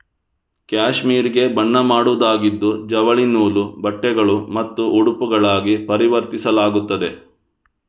cashmere ಗೆ ಬಣ್ಣ ಮಾಡಬಹುದಾಗಿದ್ದು ಜವಳಿ ನೂಲು, ಬಟ್ಟೆಗಳು ಮತ್ತು ಉಡುಪುಗಳಾಗಿ ಪರಿವರ್ತಿಸಲಾಗುತ್ತದೆ